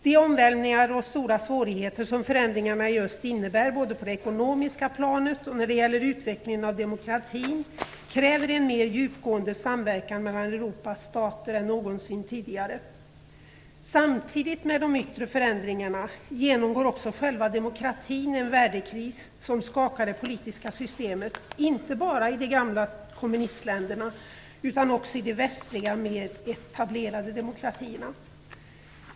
De omvälvningar och stora svårigheter som förändringarna i öst innebär både på det ekonomiska planet och när det gäller utvecklingen av demokratin kräver en mer djupgående samverkan mellan Europas stater än någonsin tidigare. Samtidigt med de yttre förändringarna genomgår också själva demokratin en värdekris som skakar det politiska systemet inte bara i de gamla kommunistländerna utan också i de västliga mer etablerade demokratierna.